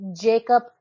Jacob